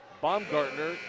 Baumgartner